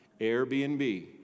Airbnb